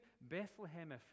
Bethlehem